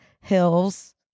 Hills